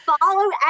follow